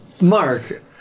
Mark